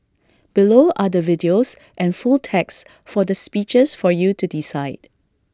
below are the videos and full text for the speeches for you to decide